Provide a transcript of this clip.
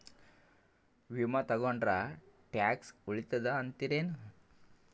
ವಿಮಾ ತೊಗೊಂಡ್ರ ಟ್ಯಾಕ್ಸ ಉಳಿತದ ಅಂತಿರೇನು?